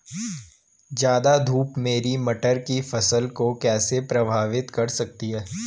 ज़्यादा धूप मेरी मटर की फसल को कैसे प्रभावित कर सकती है?